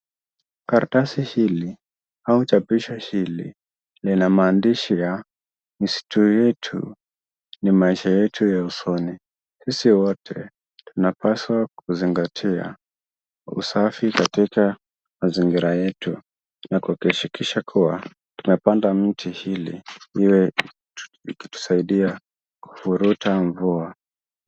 Karatasi hili au chapisho hili lina maandishi ya "Misitu Yetu ni Maisha Yetu ya Usoni". Sisi wote tunapaswa kuzingatia usafi katika mazingira yetu na kuhakikisha kuwa tumepanda miti ili iwe ikitusaidia kuvuta mvua.